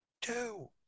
Two